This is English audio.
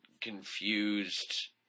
confused